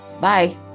Bye